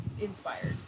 inspired